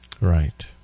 Right